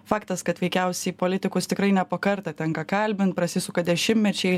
faktas kad veikiausiai politikus tikrai ne po kartą tenka kalbint prasisuka dešimtmečiai